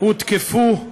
הותקפו